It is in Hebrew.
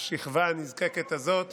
לשכבה הנזקקת הזאת